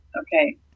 okay